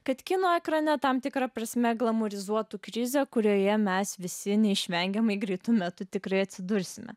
kad kino ekrane tam tikra prasme glamūrizuotų krizę kurioje mes visi neišvengiamai greitu metu tikrai atsidursime